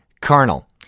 carnal